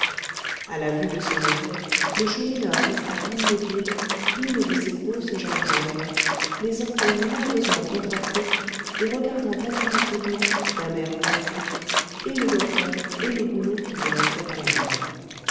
à la vue de ce méfait le chourineur resta immobile une de ses grosses jambes en l'air les orteils nerveusement contractés et regardant alternativement d'un air confus et le docteur et le goulot qui lui restait à la main